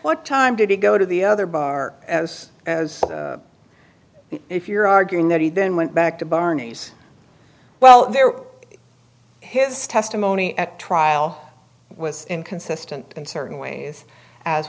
what time did he go to the other bar as if you're arguing that he then went back to barney's well there his testimony at trial was inconsistent in certain ways as